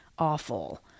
awful